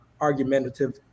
argumentative